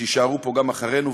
שיישארו פה גם אחרינו.